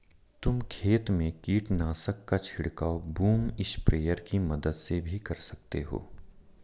तुम खेत में कीटनाशक का छिड़काव बूम स्प्रेयर की मदद से भी कर सकते हो